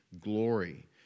glory